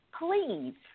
Please